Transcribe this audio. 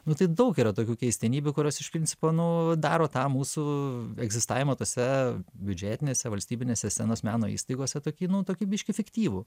nu tai daug yra tokių keistenybių kurios iš principo nu daro tą mūsų egzistavimą tose biudžetinėse valstybinėse scenos meno įstaigose tokį nu tokį biški fiktyvų